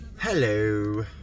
Hello